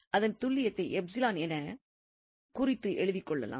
அதன் துல்லியத்தை என குறித்து எழுதிக்கொள்ளலாம்